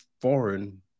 foreign